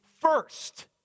first